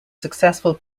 successful